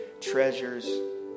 treasures